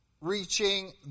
reaching